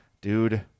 dude